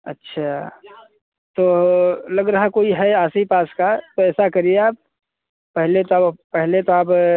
अच्छा तो लग रहा है कोई है आज ही पास का तो ऐसा करिए आप पहले तो पहले तो आप